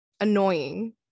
annoying